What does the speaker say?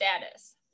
status